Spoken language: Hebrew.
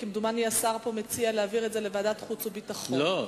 שהשר מציע להעביר את זה לוועדת החוץ והביטחון, לא,